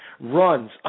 runs